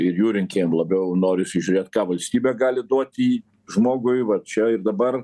ir jų rinkėjam labiau norisi žiūrėt ką valstybė gali duot į žmogui va čia ir dabar